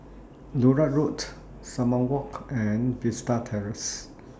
Larut Road Sumang Walk and Vista Terrace